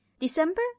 December